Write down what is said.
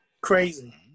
Crazy